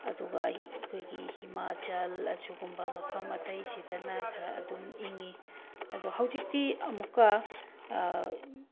ꯑꯗꯨꯒ ꯑꯩꯈꯣꯏꯒꯤ ꯍꯤꯃꯥꯆꯜ ꯑꯁꯤꯒꯨꯝꯕ ꯃꯐꯝ ꯑꯇꯩꯁꯤꯗꯅ ꯈꯔ ꯑꯗꯨꯝ ꯏꯪꯉꯤ ꯑꯗꯣ ꯍꯧꯖꯤꯛꯇꯤ ꯑꯃꯨꯛꯀ